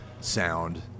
sound